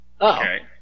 Okay